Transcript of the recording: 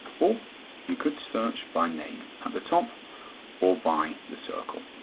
or you could search by name at the top or by the circle.